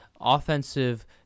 offensive